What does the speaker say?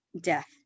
death